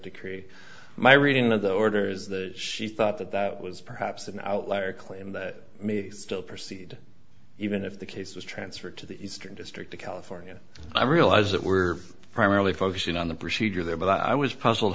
decree my reading of the order is the she thought that that was perhaps an outlier claim that may still proceed even if the case was transferred to the eastern district of california i realize that we're primarily focusing on the procedure there but i was puzzled